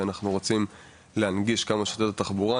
כי אנחנו רוצים להנגיש כמה שיותר תחבורה.